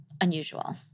unusual